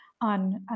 on